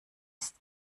ist